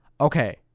Okay